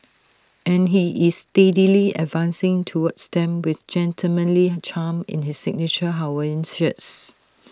and he is steadily advancing towards them with gentlemanly charm in his signature Hawaiian shirts